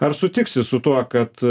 ar sutiksi su tuo kad